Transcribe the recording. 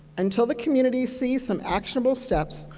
until the community sees some actionable steps,